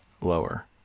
lower